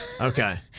Okay